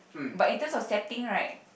but in terms of setting right